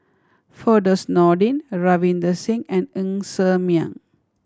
Firdaus Nordin Ravinder Singh and Ng Ser Miang